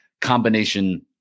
combination